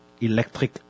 Electric